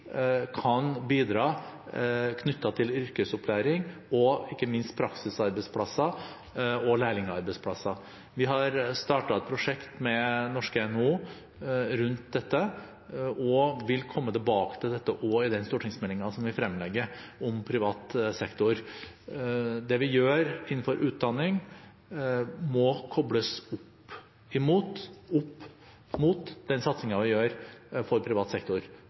kan bidra med yrkesopplæring og, ikke minst, med praksisarbeidsplasser og lærlingplasser. Vi har startet et prosjekt med det norske NHO om dette og vil komme tilbake til dette i stortingsmeldingen om privat sektor, som vi vil legge frem. Det vi gjør innenfor utdanning må kobles opp mot den satsingen vi har innenfor privat sektor